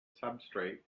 substrate